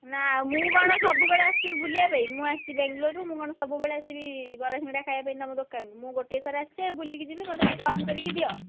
ନାଁ ମୁଁ କ'ଣ ସବୁବେଳେ ଆସୁଥିବି ବୁଲିବାପାଇଁ ମୁଁ ଆସିଛି ବେଙ୍ଗଲୋର୍ରୁ ମୁଁ କ'ଣ ସବୁବେଳେ ଆସିବି ବରା ସିଙ୍ଗଡ଼ା ଖାଇବାପାଇଁ ତୁମ ଦୋକାନକୁ ମୁଁ ଗୋଟିଏ ଥର ଆସିଛି ବୁଲିକି ଯିବି ମୋତେ ଟିକେ କମ କରିକି ଦିଅ